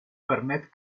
permet